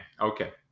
Okay